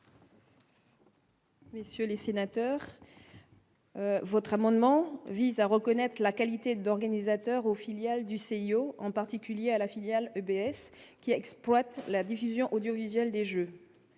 Messieurs les sénateurs. Votre amendement vise à reconnaître la qualité d'organisateur aux filiales du CIO en particulier à la filiale UBS qui exploite la diffusion audiovisuelle des Jeux,